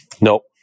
nope